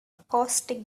acoustic